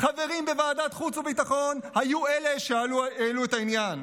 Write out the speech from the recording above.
חברים בוועדת החוץ והביטחון היו אלה שהעלו את העניין,